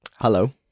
Hello